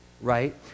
right